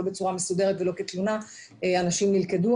לא בצורה מסודרת ולא כתלונה - אנשים נלכדו,